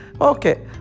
Okay